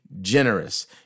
generous